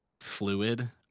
fluid